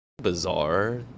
bizarre